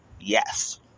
Yes